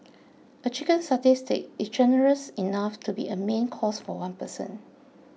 a Chicken Satay Stick is generous enough to be a main course for one person